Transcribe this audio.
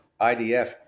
IDF